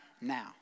now